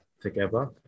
together